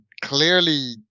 clearly